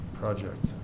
project